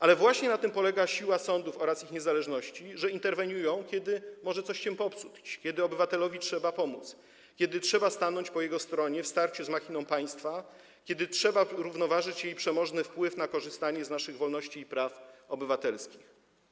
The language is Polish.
Ale właśnie na tym polega siła sądów oraz ich niezależności, że interweniują, kiedy może coś się popsuć, kiedy obywatelowi trzeba pomóc, kiedy trzeba stanąć po jego stronie w starciu z machiną państwa, kiedy trzeba równoważyć jej przemożny wpływ na korzystanie z naszych wolności i praw obywatelskich.